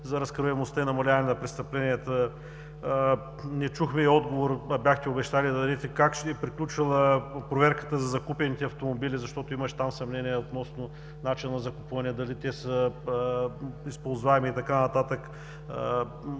за разкриваемостта и намаляване на престъпленията. Не чухме отговор, а бяхте обещали да дадете, как е приключила проверката за закупените автомобили, защото имаше там съмнения относно начина на закупуване, дали те са използваеми и така нататък